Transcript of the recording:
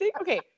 Okay